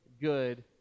good